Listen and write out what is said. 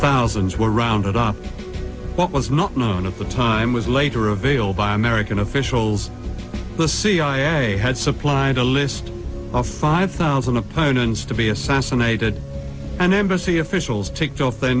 thousands were rounded up what was not known at the time was later available by american officials the cia had supplied a list of five thousand opponents to be assassinated and embassy officials ticked off their